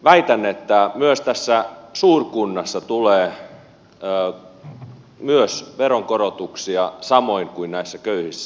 väitän että myös tässä suurkunnassa tulee veronkorotuksia samoin kuin näissä köyhissä